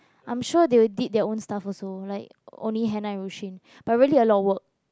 I am sure they will did their own stuff also like only hand wipe machine but really a lot of work